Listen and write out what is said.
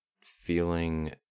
feeling